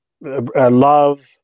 love